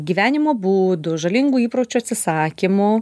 gyvenimo būdu žalingų įpročių atsisakymu